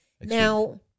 Now-